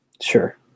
Sure